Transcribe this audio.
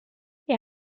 they